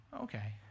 okay